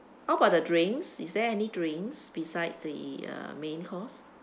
how about the drinks is there any drinks beside the uh main course